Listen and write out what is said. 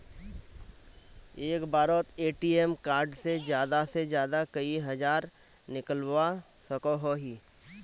एक बारोत ATM card से ज्यादा से ज्यादा कई हजार निकलवा सकोहो ही?